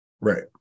right